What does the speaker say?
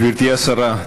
גברתי השרה,